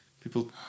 People